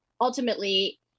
ultimately